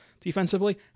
defensively